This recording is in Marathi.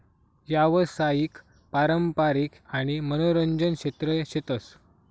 यावसायिक, पारंपारिक आणि मनोरंजन क्षेत्र शेतस